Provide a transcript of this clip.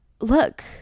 look